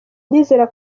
ndizera